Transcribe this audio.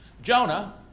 Jonah